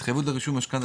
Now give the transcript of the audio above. התחייבות לרישום משכנתא,